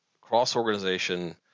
cross-organization